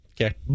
Okay